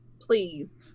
Please